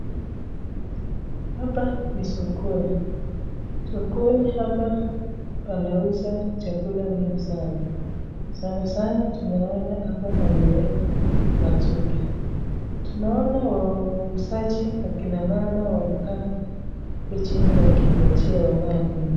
Hapa ni sokoni. Sokoni hapa pameuza chakula mengi sana. Sana sana tunaona hapa wameweka matunda. Tunaona wauzaji wakina mama wamekaa hapo jini wakingojea ambao wananunua.